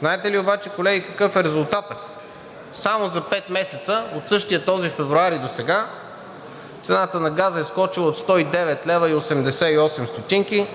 Знаете ли обаче, колеги, какъв е резултатът? Само за пет месеца от същия този февруари досега цената на газа е скочила от 109 лв. и 88